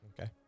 okay